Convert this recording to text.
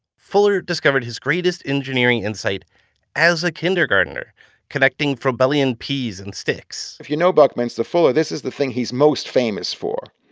fuller discovered his greatest engineering insight as a kindergartner connecting froebelian peas and sticks if you know buckminster fuller, this is the thing he's most famous for.